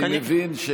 אני מבין,